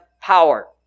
power